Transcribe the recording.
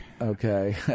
Okay